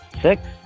Six